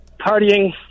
partying